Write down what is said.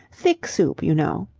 thick soup, you know.